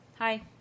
hi